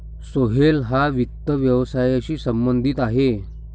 सोहेल हा वित्त व्यवसायाशी संबंधित आहे